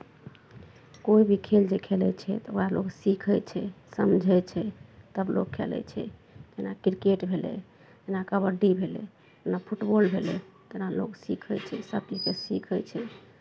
कोइ भी खेल जे खेलै छै तऽ ओकरा लोक सीखै छै समझै छै तब लोक खेलै छै जेना क्रिकेट भेलै जेना कबड्डी भेलै जेना फुटबॉल भेलै तेना लोक सीखै छै सभ चीजकेँ सीखै छै